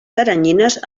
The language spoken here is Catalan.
teranyines